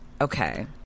Okay